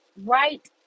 right